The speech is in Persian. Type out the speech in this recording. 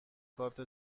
کارت